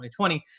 2020